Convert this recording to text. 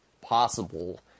possible